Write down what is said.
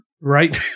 right